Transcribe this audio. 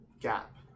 gap